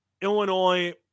Illinois